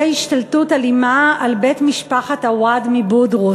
השתלטות אלימה על בית משפחת עוואד מבודרוס.